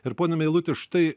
ir pone meiluti štai